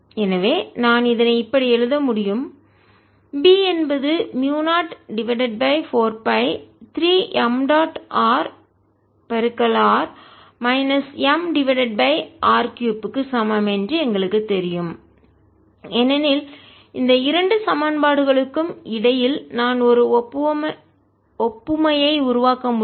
எனவே நான் இதனை இப்படி எழுத முடியும் எனவே B என்பது மியூ0 divided by 4 pi 3 m dot r r minus m divided by r 3 க்கு சமம் என்று எங்களுக்குத் தெரியும் ஏனெனில் இந்த இரண்டு சமன்பாடுகளுக்கும் இடையில் நான் ஒரு ஒப்புமையை உருவாக்க முடியும்